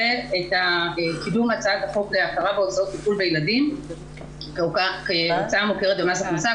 זה קידום הצעת החוק להכרה בהוצאות טיפול בילדים כהוצאה מוכרת במס הכנסה.